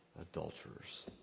adulterers